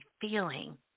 feeling